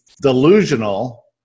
delusional